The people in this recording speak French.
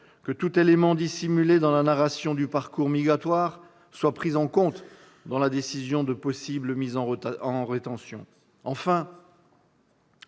que tout élément dissimulé dans la narration du parcours migratoire soit pris en compte dans la décision de possible mise en rétention. Enfin,